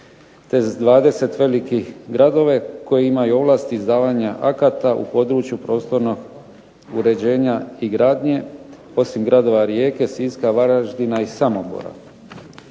te s 20 velikih gradova koji imaju ovlasti izdavanja akata u području prostornog uređenja i gradnje osim gradova Rijeke, Siska, Varaždina i Samobora.